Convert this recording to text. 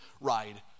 ride